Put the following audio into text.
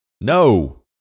No